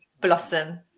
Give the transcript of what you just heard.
blossom